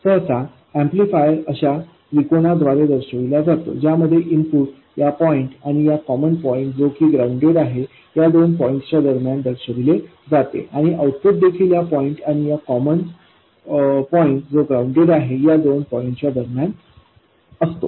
सहसा ऍम्प्लिफायर अशा त्रिकोणा द्वारे दर्शविला जातो ज्यामध्ये इनपुट या पॉईंट आणि या कॉमन पॉईंट जो की ग्राउंडेड आहे या दोन पॉईंट च्या दरम्यान दर्शवले जाते आणि आउटपुट देखील या पॉईंट आणि या कॉमन पॉईंट जो ग्राउंडेड आहे या दोन पॉईंट च्या दरम्यान असते